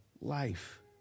life